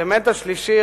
האלמנט השלישי,